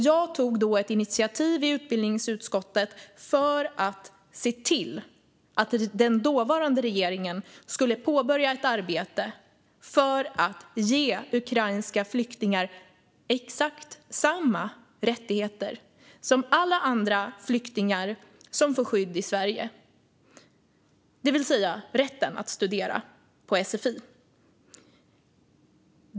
Jag tog då ett initiativ i utbildningsutskottet för att den dåvarande regeringen skulle påbörja ett arbete för att ge ukrainska flyktingar exakt samma rättigheter som alla andra flyktingar som får skydd i Sverige - det vill säga rätten att studera på sfi.